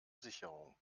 sicherung